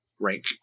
rank